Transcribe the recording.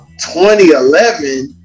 2011